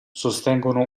sostengono